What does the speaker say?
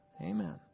Amen